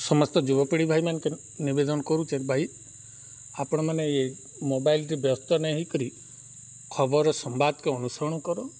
ସମସ୍ତ ଯୁବପିଢ଼ି ଭାଇ ମାନଙ୍କେ ନିବେଦନ କରୁଛେ ଭାଇ ଆପଣ ମମାନେ ଇ ମୋବାଇଲରେ ବ୍ୟସ୍ତ ନେଇ ହେଇ କରି ଖବର ସମ୍ବାଦକେ ଅନୁସରଣ କର